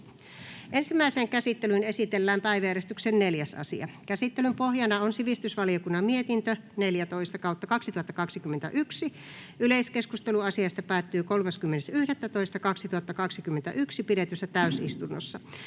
Ensimmäiseen käsittelyyn esitellään päiväjärjestyksen 3. asia. Käsittelyn pohjana on sivistysvaliokunnan mietintö SiVM 13/2021 vp. Yleiskeskustelu asiasta päättyi 30.11.2021 pidetyssä täysistunnossa.